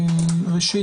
ראשית,